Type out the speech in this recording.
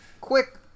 quick